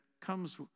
comes